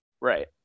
Right